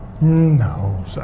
No